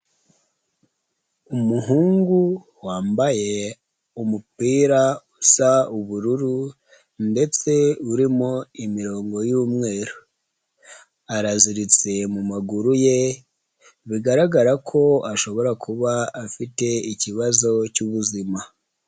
Umuhungu wambaye umupira usa ubururu ndetse urimo imirongo y'umweru, araziritse mu maguru ye, bigaragara ko ashobora kuba afite ikibazo cy'ubuzima.